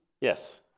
Yes